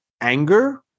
anger